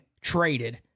traded